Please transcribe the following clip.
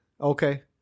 Okay